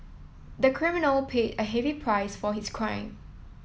the criminal paid a heavy price for his crime